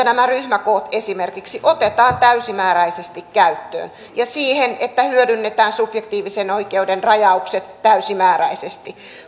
nämä ryhmäkoot esimerkiksi otetaan täysimääräisesti käyttöön ja siihen että hyödynnetään subjektiivisen oikeuden rajaukset täysimääräisesti